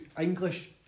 English